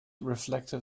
reflected